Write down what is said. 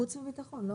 חוץ וביטחון, לא?